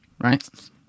right